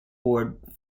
board